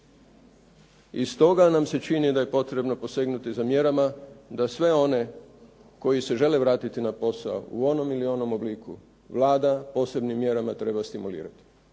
I stoga nam se čini da je potrebno posegnuti za mjerama da sve one koji se žele vratiti na posao u ovom ili onom obliku Vlada posebnim mjerama treba stimulirati